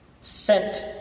sent